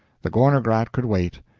the gorner grat could wait.